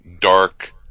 dark